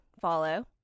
Follow